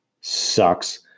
sucks